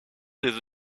des